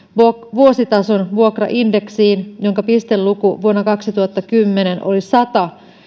vuositason vuokraindeksiin jonka pisteluku vuonna kaksituhattakymmenen oli sata